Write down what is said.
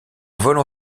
volent